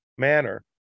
manner